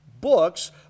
books